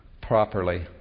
properly